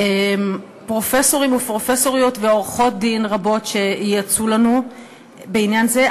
פרופסורים ופרופסוריות ועורכות-דין רבות שייעצו לנו בעניין זה,